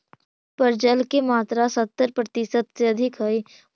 पृथ्वी पर जल के मात्रा सत्तर प्रतिशत से अधिक हई